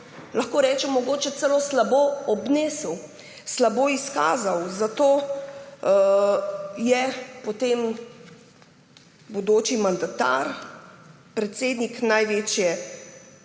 lahko rečem, mogoče celo slabo obnesel, slabo izkazal. Zato se je potem bodoči mandatar, predsednik največje